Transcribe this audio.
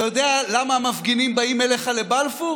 אתה יודע למה המפגינים באים אליך לבלפור?